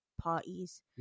parties